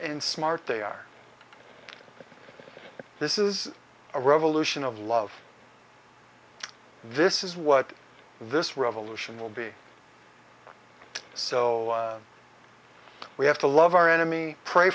and smart they are this is a revolution of love this is what this revolution will be so we have to love our enemy pray